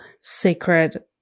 sacred